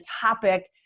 topic